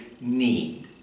need